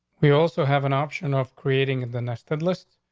we also have an option of creating and the next and list.